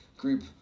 Group